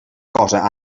cosa